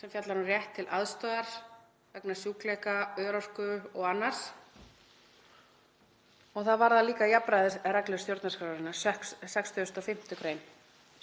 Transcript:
sem fjallar um rétt til aðstoðar vegna sjúkleika, örorku og annars. Það varðar líka jafnræðisreglu stjórnarskrárinnar, 65. gr.